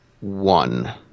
one